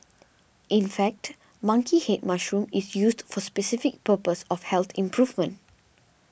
in fact monkey head mushroom is used for specific purpose of health improvement